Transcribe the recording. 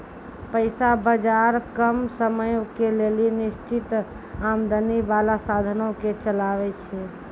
पैसा बजार कम समयो के लेली निश्चित आमदनी बाला साधनो के चलाबै छै